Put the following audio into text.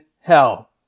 hell